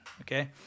okay